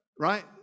Right